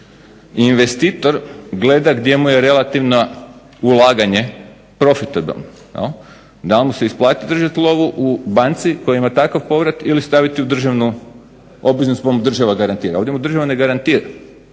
Investitor gleda gdje mu je relativno ulaganje profitabilno, da li mu se isplati držati lovu u banci koja ima takav povrat ili staviti u državnu obveznicu da mu država garantira, ovdje mu država ne garantira.